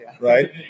right